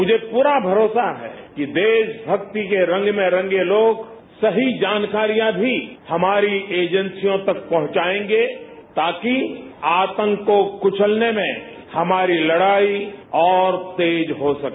मुझे पूरा भरोसा है कि देशभक्ति के रंग में रंगे लोग सही जानकारियां भी हमारी एजेंसियों तक पहुंचाएंगे ताकि आतंक को कुचलने में हमारी लड़ाई और तेज हो सके